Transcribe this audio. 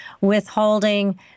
withholding